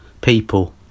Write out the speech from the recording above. people